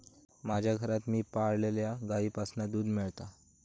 माज्या घरात मी पाळलल्या गाईंपासना दूध मेळता